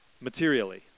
materially